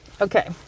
Okay